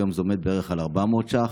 היום זה עומד בערך על 400 ש"ח.